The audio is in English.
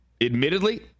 Admittedly